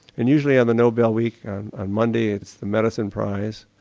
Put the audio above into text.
and usually on the nobel week on monday it's the medicine prize,